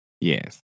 Yes